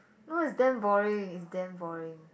no it's damn boring it's damn boring